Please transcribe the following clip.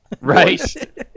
Right